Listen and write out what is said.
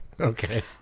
Okay